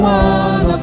one